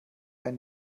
ein